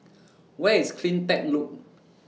Where IS CleanTech Loop